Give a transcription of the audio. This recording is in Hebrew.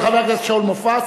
של חבר הכנסת שאול מופז,